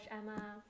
Emma